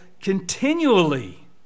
continually